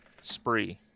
Spree